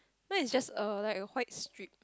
mine is just a like a white strip